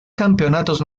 campeonatos